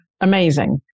Amazing